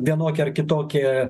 vienokie ar kitokie